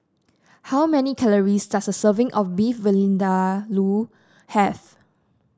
how many calories does a serving of Beef have